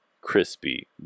crispy